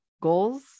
goals